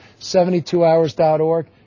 72hours.org